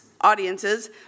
audiences